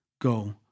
go